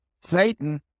Satan